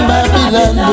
Babylon